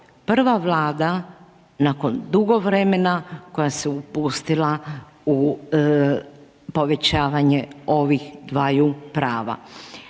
prva vlada nakon dugo vremena koja se upustila u povećavanje ovih dvaju prava.